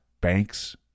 banks